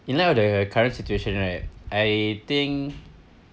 in light of the current situation right I think